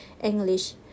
English